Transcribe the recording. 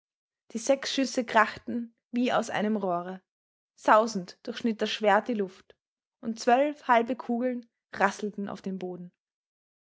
die sechs schüsse krachten wie aus einem rohre sausend durchschnitt das schwert die luft und zwölf halbe kugeln rasselten auf den boden